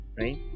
right